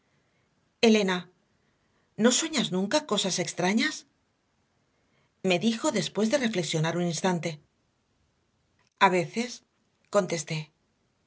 elena no sueñas nunca cosas extrañas me dijo después de reflexionar un instante a veces contesté